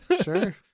Sure